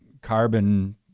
carbon